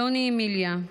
אלוני אמיליה,